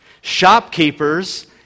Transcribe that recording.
Shopkeepers